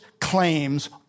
claims